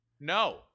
no